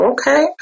Okay